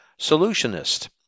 solutionist